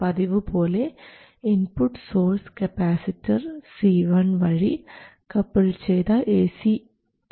പതിവുപോലെ input source capacitor C1 വഴി couple ചെയ്ത എ സി ആണ്